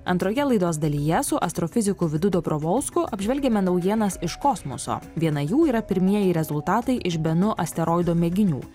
antroje laidos dalyje su astrofiziku vidu dobrovolsku apžvelgiame naujienas iš kosmoso viena jų yra pirmieji rezultatai iš benu asteroido mėginių